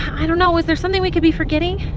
i don't know is there something we could be forgetting?